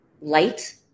light